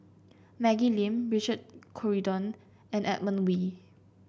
Maggie Lim Richard Corridon and Edmund Wee